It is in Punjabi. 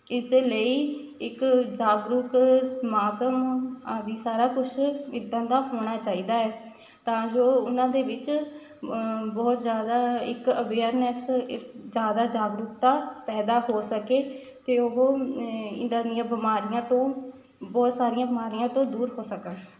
ਇਸਦੇ ਲਈ ਇੱਕ ਜਾਗਰੂਕ ਸਮਾਗਮ ਆਦਿ ਸਾਰਾ ਕੁਝ ਇੱਦਾਂ ਦਾ ਹੋਣਾ ਚਾਹੀਦਾ ਏ ਤਾਂ ਜੋ ਉਨ੍ਹਾਂ ਦੇ ਵਿੱਚ ਬਹੁਤ ਜ਼ਿਆਦਾ ਇੱਕ ਅਵੇਅਰਨੈਸ ਜ਼ਿਆਦਾ ਜਾਗਰੂਕਤਾ ਪੈਦਾ ਹੋ ਸਕੇ ਅਤੇ ਉਹ ਇੱਦਾਂ ਦੀਆਂ ਬਿਮਾਰੀਆਂ ਤੋਂ ਬਹੁਤ ਸਾਰੀਆਂ ਬਿਮਾਰੀਆਂ ਤੋਂ ਦੂਰ ਹੋ ਸਕਣ